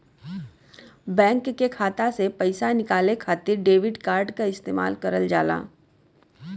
bank के खाता से पइसा निकाले खातिर डेबिट कार्ड क इस्तेमाल करल जाला